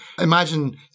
Imagine